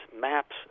maps